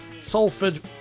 Salford